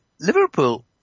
Liverpool